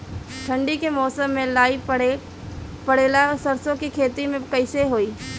ठंडी के मौसम में लाई पड़े ला सरसो के खेती कइसे होई?